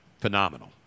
phenomenal